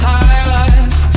Highlights